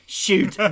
shoot